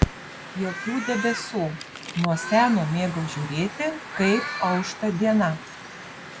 jokių debesų nuo seno mėgau žiūrėti kaip aušta diena